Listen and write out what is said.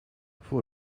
voor